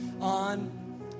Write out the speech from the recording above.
on